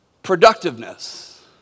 Productiveness